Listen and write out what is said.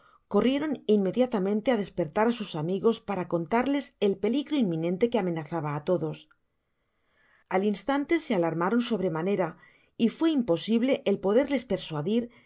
corrieron inmediatamente á despertar á sus amigos para contarles el peligro inminente que amenazaba á todos al instante se alarmaron sobremanera y fué imposible el poderles persuadir